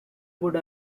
would